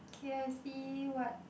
k_F_C what